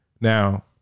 Now